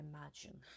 imagine